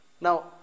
Now